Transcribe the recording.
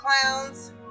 clowns